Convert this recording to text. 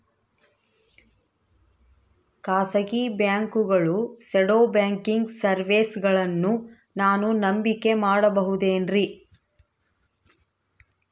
ಖಾಸಗಿ ಬ್ಯಾಂಕುಗಳು ನೇಡೋ ಬ್ಯಾಂಕಿಗ್ ಸರ್ವೇಸಗಳನ್ನು ನಾನು ನಂಬಿಕೆ ಮಾಡಬಹುದೇನ್ರಿ?